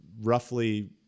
roughly